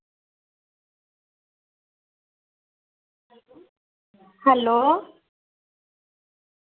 hello